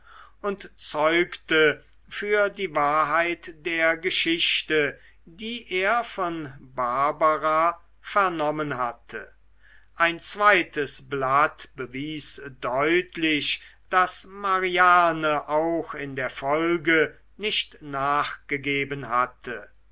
und zeugte für die wahrheit der geschichte die er von barbara vernommen hatte ein zweites blatt bewies deutlich daß mariane auch in der folge nicht nachgegeben hatte